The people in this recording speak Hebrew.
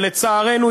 ולצערנו,